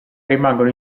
rimangono